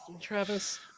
Travis